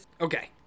Okay